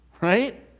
right